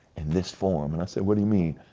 in this form. and i said, what do you mean?